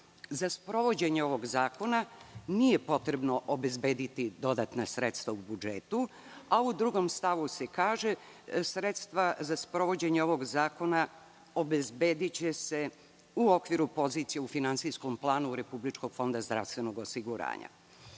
„Za sprovođenje ovog zakona nije potrebno obezbediti dodatna sredstva u budžetu. Sredstva za sprovođenje ovog zakona obezbediće se u okviru pozicije u finansijskom planu Republičkog fonda zdravstvenog osiguranja“.Iz